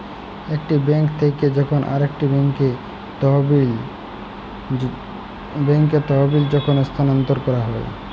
একটি বেঙ্ক থেক্যে যখন আরেকটি ব্যাঙ্কে তহবিল যখল স্থানান্তর ক্যরা হ্যয়